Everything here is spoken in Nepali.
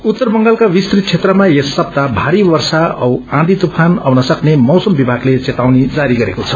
उत्तर बंगालका विस्तृत क्षेत्रमा यस सप्ताह भारी वर्षा औ औँधी तुफान आउन सक्ने मौसम विभागले चेतावनी जारी गरेको छ